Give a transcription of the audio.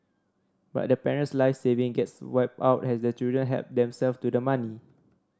but the parent's life saving gets wiped out has the children help themselves to the money